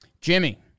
Jimmy